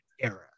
era